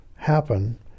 happen